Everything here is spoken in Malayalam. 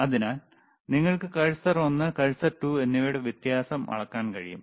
അതിനാൽ നിങ്ങൾക്ക് കഴ്സർ ഒന്ന് കഴ്സർ 2 എന്നിവയുടെ വ്യത്യാസം അളക്കാൻ കഴിയും